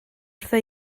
wrtha